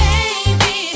Baby